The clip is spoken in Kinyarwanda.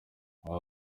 aba